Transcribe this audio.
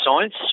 science